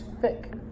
thick